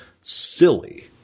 silly